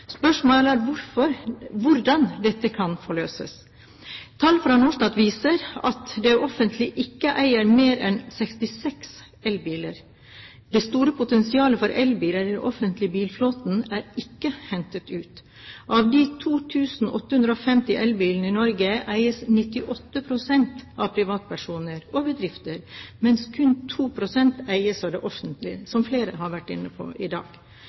Spørsmålet er hvordan dette kan forløses. Tall fra Norstart viser at det offentlige ikke eier mer enn 66 elbiler. Det store potensialet for elbiler i den offentlige bilparken er ikke hentet ut. Av de 2 850 elbilene i Norge eies 98 pst. av privatpersoner og bedrifter, mens kun 2 pst. eies av det offentlige, som flere har vært inne på i dag.